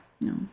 No